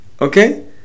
okay